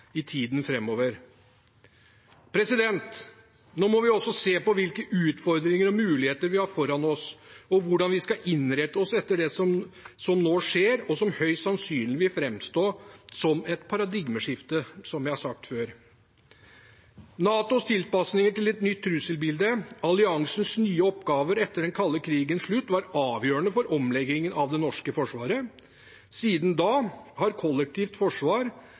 i tiden framover. Nå må vi også se på hvilke utfordringer og muligheter vi har foran oss, og hvordan vi skal innrette oss etter det som nå skjer, og som høyst sannsynlig vil framstå som et paradigmeskifte – som vi har sagt før. NATOs tilpasninger til et nytt trusselbilde, alliansens nye oppgaver etter den kalde krigens slutt, var avgjørende for omleggingen av det norske forsvaret. Siden da har kollektivt forsvar,